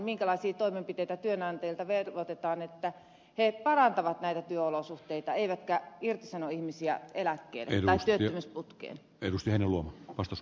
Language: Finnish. minkälaisia toimenpiteitä työnantajilta velvoitetaan että he parantavat näitä työolosuhteita eivätkä irtisano ihmisiä eläkkeelle tai työttömyysputkeen